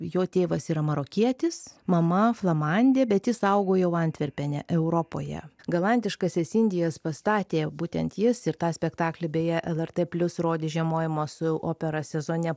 jo tėvas yra marokietis mama flamandė bet jis augo jau antverpene europoje galantiškąsias indijas pastatė būtent jis ir tą spektaklį beje lrt plius rodė žiemojimo su opera sezone